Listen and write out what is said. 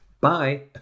Bye